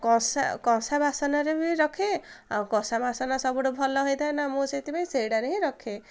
କଂସା କଂସା ବାସନରେ ବି ରଖେ ଆଉ କଂସା ବାସନ ସବୁଠୁ ଭଲ ହେଇଥାଏ ନା ମୁଁ ସେଥିପାଇଁ ସେଇଟାରେ ହିଁ ରଖେ